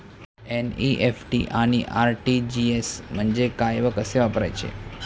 NEFT आणि RTGS म्हणजे काय व कसे वापरायचे?